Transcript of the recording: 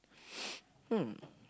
hmm